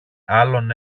άλλον